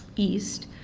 east.